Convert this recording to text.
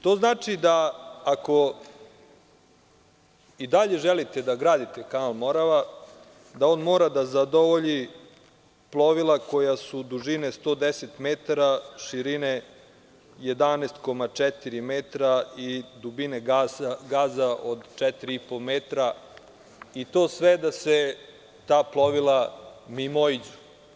To znači da ako i dalje želite da gradite kanal „Morava“, da on mora da zadovolji plovila koja su dužine 110 metara, širine 11,4 metra i dubine gaza od 4,5 metra i to sve da se ta plovila mimoiđu.